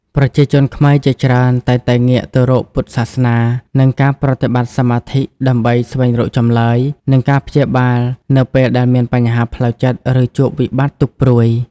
ប្រជាជនខ្មែរជាច្រើនតែងតែងាកទៅរកពុទ្ធសាសនា និងការប្រតិបត្តិសមាធិ ដើម្បីស្វែងរកចម្លើយ និងការព្យាបាលនៅពេលដែលមានបញ្ហាផ្លូវចិត្តឬជួបវិបត្តិទុកព្រួយ។